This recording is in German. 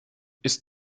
ist